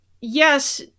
yes